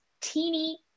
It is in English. teeny